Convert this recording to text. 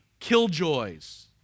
killjoys